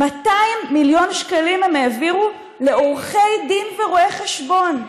200 מיליון שקלים הם העבירו לעורכי דין ורואי חשבון,